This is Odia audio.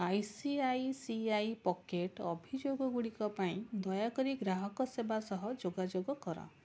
I C I C I Pocket ଅଭିଯୋଗ ଗୁଡ଼ିକ ପାଇଁ ଦୟାକରି ଗ୍ରାହକ ସେବା ସହ ଯୋଗାଯୋଗ କର